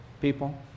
people